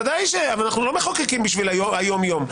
אנחנו לא מחוקקים ליום-יום.